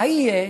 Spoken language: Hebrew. מה יהיה?